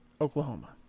Oklahoma